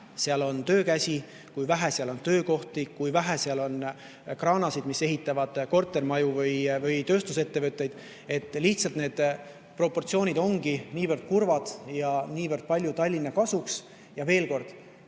kohas] on töökäsi, kui vähe on töökohti, kui vähe on kraanasid, mis ehitavad kortermaju või tööstusettevõtteid. Lihtsalt need proportsioonid on niivõrd kurvad ja niivõrd palju Tallinna kasuks. Veel kord,